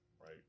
right